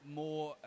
more